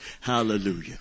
Hallelujah